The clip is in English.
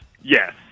yes